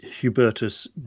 Hubertus